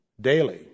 daily